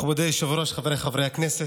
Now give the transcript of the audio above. מכובדי היושב-ראש, חבריי חברי הכנסת,